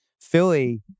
Philly